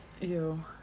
Ew